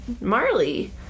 marley